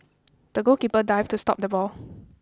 the goalkeeper dived to stop the ball